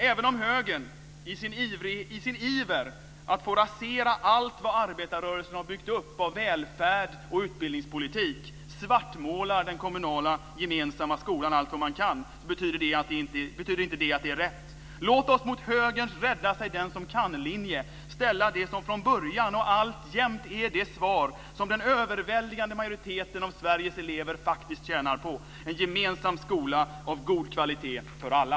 Även om högern - i sin iver att få rasera allt vad arbetarrörelsen byggt upp av välfärd och utbildningspolitik - svartmålar den kommunala skolan allt vad man kan, betyder det inte att det är rätt. Låt oss mot högerns "rädda-sig-den-som-kan-linje" ställa det som från början och alltjämt är det svar som den överväldigande majoriteten av Sveriges elever faktiskt tjänar på: En gemensam skola av god kvalitet för alla.